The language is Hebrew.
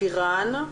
בבקשה.